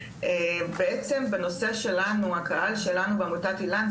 בעצם בנושא שלנו הקהל שלנו בעמותת איל"ן,